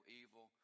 evil